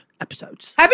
episodes